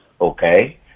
okay